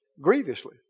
grievously